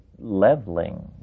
Leveling